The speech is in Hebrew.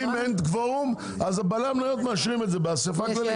אם אין קוורום אז בעלי המניות מאשרים את זה באספה הכללית.